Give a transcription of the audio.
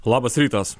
labas rytas